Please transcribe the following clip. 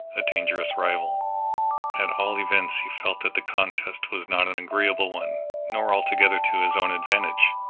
a dangerous rival at all events he felt that the contest was not an agreeable one, nor altogether to his own advantage.